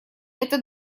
это